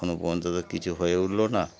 কোনো পর্যন্ত কিছু হয়ে উঠলো না